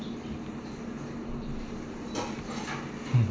hmm